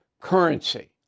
currency